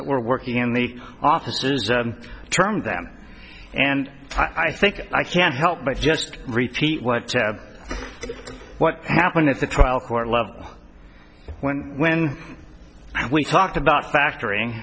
that were working in the offices termed them and i think i can't help but just repeat what what happened at the trial court love when when we talk about factor